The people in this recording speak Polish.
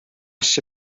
się